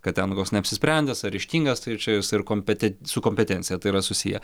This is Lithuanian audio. kad ten koks neapsisprendęs ar ryžtingas tai čia jis ir kompeten su kompetencija tai yra susiję